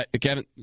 Kevin